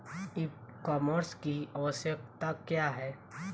ई कॉमर्स की आवशयक्ता क्या है?